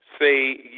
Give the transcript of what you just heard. say